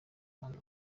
kuntu